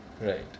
Right